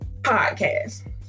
podcast